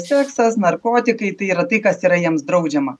seksas narkotikai tai yra tai kas yra jiems draudžiama